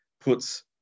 puts